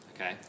Okay